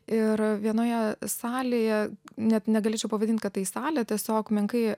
ir vienoje salėje net negalėčiau pavadint kad tai salė tiesiog menkai